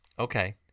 Okay